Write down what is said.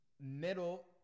middle